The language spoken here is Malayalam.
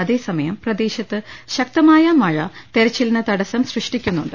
അതേസമയം പ്രദേ ശത്ത് ശക്തമായ മഴ തെരച്ചിലിന് തടസ്സം സൃഷ്ടിക്കുന്നുണ്ട്